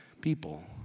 people